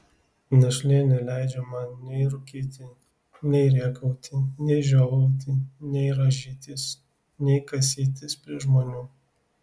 našlė neleidžia man nei rūkyti nei rėkauti nei žiovauti nei rąžytis nei kasytis prie žmonių